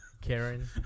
Karen